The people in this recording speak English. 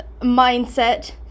mindset